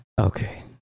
Okay